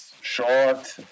short